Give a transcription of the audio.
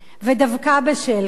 ודווקא בשל כך,